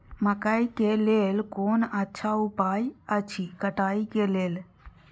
मकैय के लेल कोन अच्छा उपाय अछि कटाई के लेल?